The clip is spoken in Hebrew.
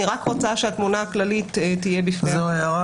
אני רק רוצה שהתמונה הכללית תהיה בפני הוועדה.